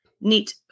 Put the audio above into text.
neat